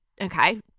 Okay